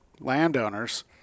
Landowners